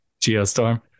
Geostorm